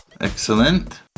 Excellent